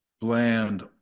bland